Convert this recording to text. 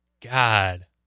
God